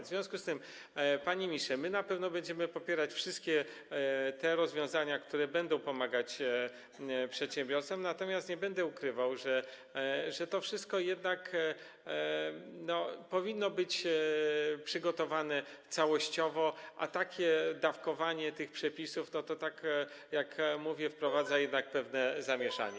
W związku z tym, panie ministrze, na pewno będziemy popierać wszystkie te rozwiązania, które będą pomagać przedsiębiorcom, natomiast nie będę ukrywał, że to wszystko jednak powinno być przygotowane całościowo, a takie dawkowanie przepisów, tak jak mówię, wprowadza jednak pewne zamieszanie.